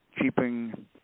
keeping